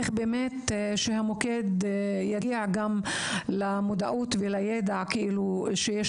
איך המוקד יגיע למודעות ולידע שיש